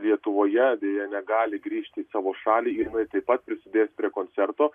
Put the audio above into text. lietuvoje deja negali grįžti į savo šalį jinai taip pat prisidės prie koncerto